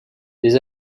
les